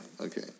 okay